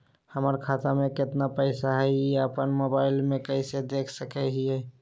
हमर खाता में केतना पैसा हई, ई अपन मोबाईल में कैसे देख सके हियई?